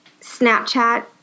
Snapchat